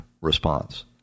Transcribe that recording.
response